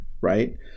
right